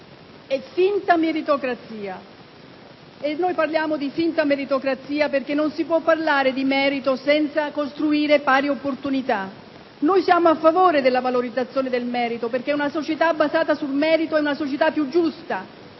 la finta meritocrazia. Parliamo di finta meritocrazia perché non si può parlare di merito senza costruire pari opportunità. Noi siamo a favore della valorizzazione del merito, perché una società basata sul merito è più giusta,